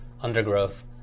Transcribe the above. undergrowth